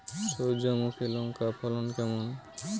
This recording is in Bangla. সূর্যমুখী লঙ্কার ফলন কেমন?